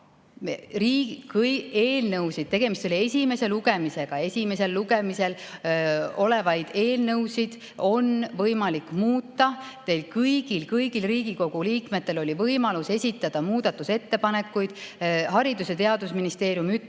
Riigikogul olemas. Tegemist oli esimese lugemisega. Esimesel lugemisel olevaid eelnõusid on võimalik muuta teil kõigil. Kõigil Riigikogu liikmetel oli võimalus esitada muudatusettepanekuid. Haridus‑ ja Teadusministeerium ütles: